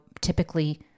typically